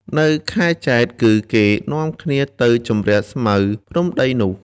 នៅខែចែត្រគឺ គេនាំគ្នាទៅជម្រះស្មៅភ្នំដីនោះ